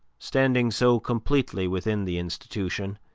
standing so completely within the institution,